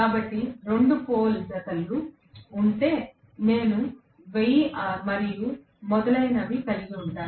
కాబట్టి 3 పోల్ జతలు ఉంటే నేను 1000 మరియు మొదలగునవి కలిగి ఉంటాను